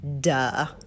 Duh